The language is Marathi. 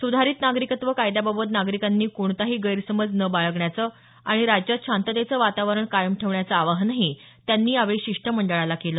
सुधारित नागरिकत्त्व कायद्याबाबत नागरिकांनी कोणताही गैरसमज न बाळगण्याचं आणि राज्यात शांततेचं वातावरण कायम ठेवण्याचं आवाहनही त्यांनी यावेळी शिष्टमंडळाला केलं